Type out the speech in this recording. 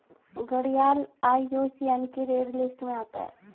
घड़ियाल आई.यू.सी.एन की red list में आता है